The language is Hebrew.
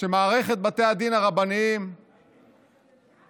שמערכת בתי הדין הרבניים מסמלת